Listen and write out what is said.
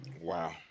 Wow